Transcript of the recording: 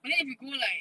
but then if you go like